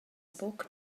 buca